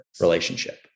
relationship